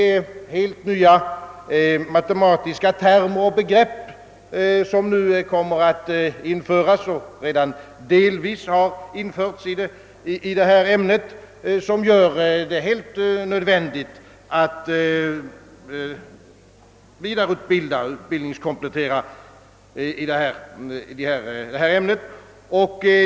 Helt nya matematiska termer och begrepp kommer nu att införas och vissa har f. ö. redan införts, som gör det alldeles nödvändigt att utbildningskomplettera i ämnet.